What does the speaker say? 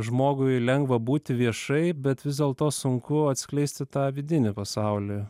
žmogui lengva būti viešai bet vis dėlto sunku atskleisti tą vidinį pasaulį